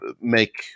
make